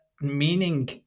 meaning